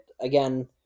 again